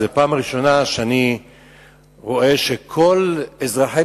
זאת הפעם הראשונה שאני רואה שכל אזרחי